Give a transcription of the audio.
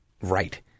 right